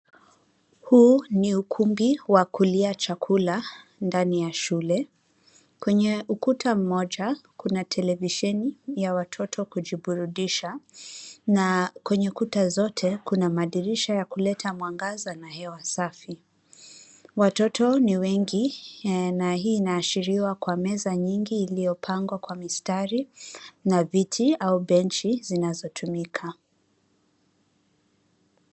Huu ni ukumbi wa kulia chakula ndani ya shule. Kwenye ukuta mmoja kuna televisheni ya watoto kujiburudisha na kwenye kuta zote kuna madirisha ya kuleta mwangaza na hewa safi. Watoto ni wengi na hii inaashiriwa kwa meza nyingi iliyopangwa kwa mistari na viti au bench zinazotumika.